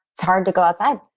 it's hard to go outside.